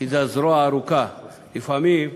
כי היא הזרוע הארוכה, לפעמים,